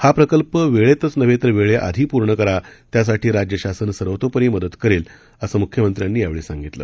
हा प्रकल्प वेळेत नव्हे तर वेळेआधी पूर्ण करा त्यासाठी राज्य शासन सर्वतोपरी मदत करेल असं मुख्यमंत्र्यांनी यावेळी सांगितलं